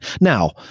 now